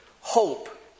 hope